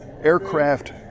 aircraft